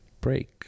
break